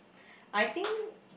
I think